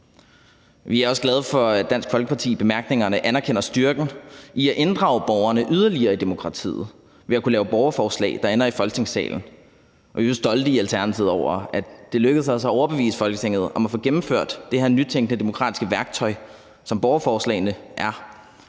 Vi er også glade for, at Dansk Folkeparti i bemærkningerne anerkender styrken i at inddrage borgerne yderligere i demokratiet, ved at de kan lave borgerforslag, der ender i Folketingssalen. Vi er jo stolte i Alternativet over, at det lykkedes os at overbevise Folketinget om at få gennemført det her nytænkende, demokratiske værktøj, som borgerforslagene er.